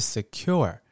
Secure